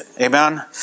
Amen